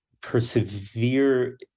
persevere